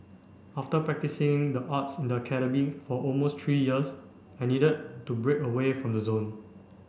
after practising the arts in the academy for almost three years I needed to break away from the zone